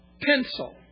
pencil